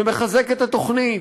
זה מחזק את התוכנית.